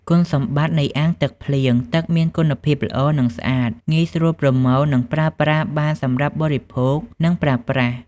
គុណសម្បត្តិនៃអាងទឹកភ្លៀង ទឹកមានគុណភាពល្អ និងស្អាត។ ងាយស្រួលប្រមូល និងប្រើប្រាស់បានសម្រាប់បរិភោគ និងប្រើប្រាស់។